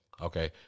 Okay